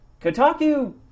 Kotaku